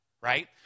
right